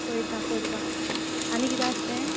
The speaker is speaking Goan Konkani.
पळयता करता आनी किदें आसलें